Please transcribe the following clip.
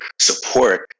support